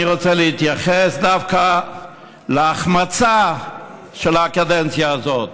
אני רוצה להתייחס דווקא להחמצה של הקדנציה הזאת,